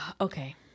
okay